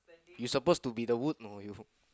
you suppose to be the wood know you